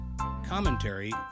commentary